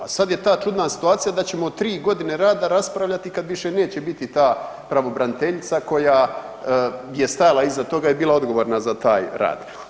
A sada je ta čudna situacija da ćemo o tri godine rada raspravljati kad više neće biti ta pravobraniteljica koja je stajala iza toga i bila odgovorna za taj rad.